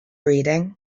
reading